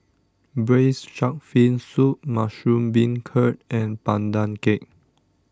Braised Shark Fin Soup Mushroom Beancurd and Pandan Cake